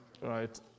right